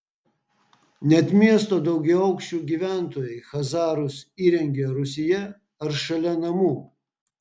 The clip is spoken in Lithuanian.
net miesto daugiaaukščių gyventojai chazarus įrengia rūsyje ar šalia namų